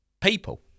people